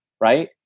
right